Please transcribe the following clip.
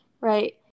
right